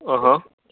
हं